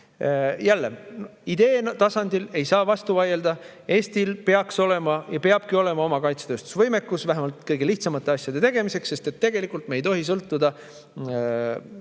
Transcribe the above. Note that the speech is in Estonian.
Jälle, idee tasandil ei saa vastu vaielda. Eestil peaks olema ja peabki olema oma kaitsetööstuse võimekus, vähemalt kõige lihtsamate asjade tegemiseks. Tegelikult me ei tohiks